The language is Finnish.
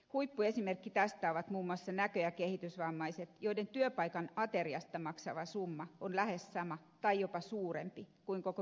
huippuesimerkki tästä ovat muun muassa näkö ja kehitysvammaiset joiden työpaikan ateriasta maksama summa on lähes sama tai jopa suurempi kuin koko päivän palkka